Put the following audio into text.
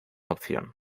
opción